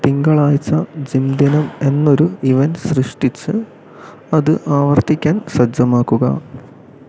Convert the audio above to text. തിങ്കളാഴ്ച ജിം ദിനം എന്നൊരു ഇവൻ്റ് സൃഷ്ടിച്ച് അത് ആവർത്തിക്കാൻ സജ്ജമാക്കുക